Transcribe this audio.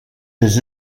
des